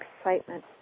excitement